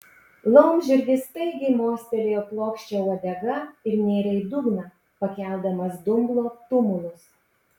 laumžirgis staigiai mostelėjo plokščia uodega ir nėrė į dugną pakeldamas dumblo tumulus